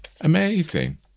amazing